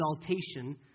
exaltation